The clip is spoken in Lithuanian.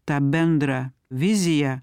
tą bendrą viziją